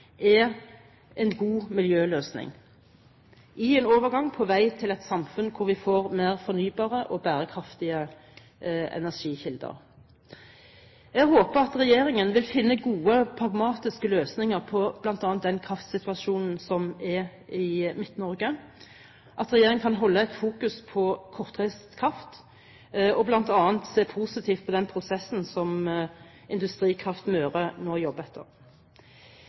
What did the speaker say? er en god miljøløsning i en overgang på vei til et samfunn hvor vi får mer fornybare og bærekraftige energikilder. Jeg håper at regjeringen vil finne gode, pragmatiske løsninger på bl.a. den kraftsituasjonen som er i Midt-Norge, at regjeringen kan holde et fokus på kortreist kraft og bl.a. se positivt på den prosessen som Industrikraft Møre nå jobber